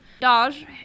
Dodge